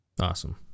Awesome